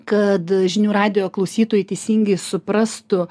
kad žinių radijo klausytojai teisingai suprastų